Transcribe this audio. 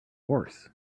horse